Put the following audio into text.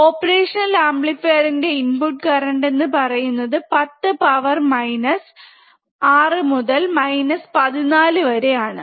operational അമ്പ്ലിഫീർൻറെ input current എന്ന് പറയുന്നത് 10 പവർ മൈനസ് 6 മുതൽ മൈനസ് 14 വരെ ആണ്